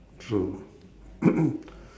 true